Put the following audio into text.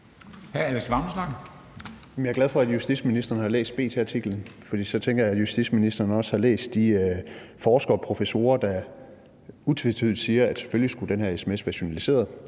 jeg er glad for, at justitsministeren har læst B.T.-artiklen, for så tænker jeg, at justitsministeren også har læst udsagnene fra de forskere og professorer, der utvetydigt siger, at selvfølgelig skulle den her sms have været journaliseret.